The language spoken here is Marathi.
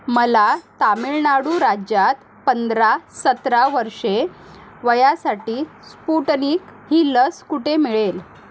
मला तामिळनाडू राज्यात पंधरा सतरा वर्षे वयासाठी स्पुटनिक ही लस कुठे मिळेल